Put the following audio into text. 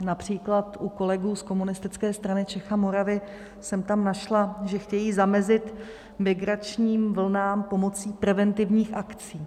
Například u kolegů z Komunistické strany Čech a Moravy jsem tam našla, že chtějí zamezit migračním vlnám pomocí preventivních akcí.